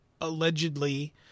allegedly